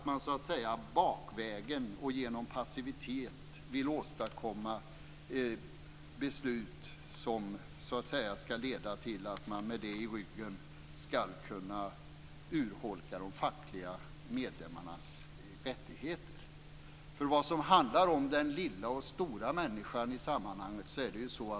Man vill bakvägen och genom passivitet åstadkomma beslut som skall leda till att man kan urholka de fackliga medlemmarnas rättigheter. Det handlar om den lilla och den stora människan i sammanhanget.